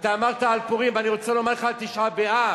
אתה אמרת על פורים, אני רוצה לומר לך על תשעה באב.